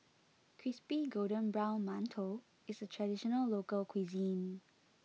Crispy Golden Brown Mantou is a traditional local cuisine